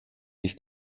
ist